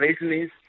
business